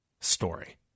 story